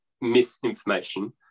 misinformation